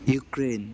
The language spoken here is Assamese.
ইউক্ৰেইন